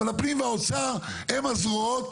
אבל הפנים והאוצר הם הזרועות